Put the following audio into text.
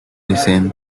listen